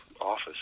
office